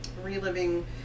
reliving